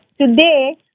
today